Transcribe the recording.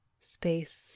Space